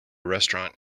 restaurant